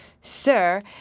Sir